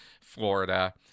Florida